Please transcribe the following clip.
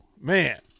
man